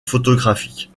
photographique